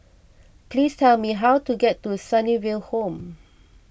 please tell me how to get to Sunnyville Home